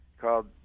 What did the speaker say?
called